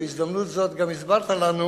ובהזדמנות הזו גם הסברת לנו